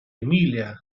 emilia